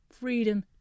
freedom